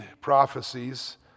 prophecies